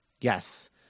yes